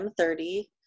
m30